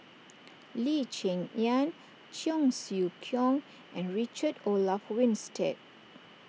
Lee Cheng Yan Cheong Siew Keong and Richard Olaf Winstedt